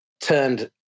turned